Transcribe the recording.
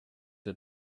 der